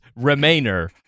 Remainer